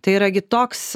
tai yra gi toks